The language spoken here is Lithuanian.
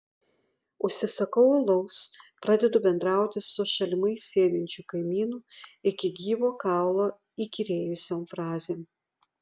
užsisakau alaus pradedu bendrauti su šalimais sėdinčiu kaimynu iki gyvo kaulo įkyrėjusiom frazėm